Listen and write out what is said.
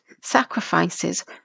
sacrifices